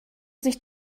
sich